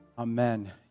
Amen